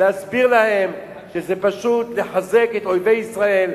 להסביר להם שזה פשוט לחזק את אויבי ישראל,